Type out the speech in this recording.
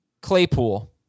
Claypool